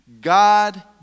God